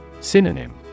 Synonym